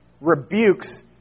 rebukes